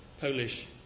Polish